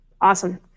Awesome